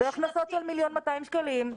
בהכנסות של 1.2 מיליון שקלים.